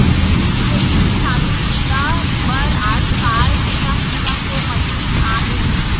खेती किसानी बूता बर आजकाल किसम किसम के मसीन आ गए हे